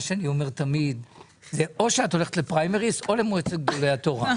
אני תמיד אומר שאו שאת הולכת לפריימריז או למועצת גדולי התורה.